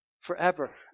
forever